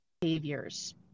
behaviors